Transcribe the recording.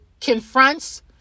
confronts